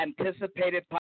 anticipated